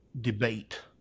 debate